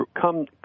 come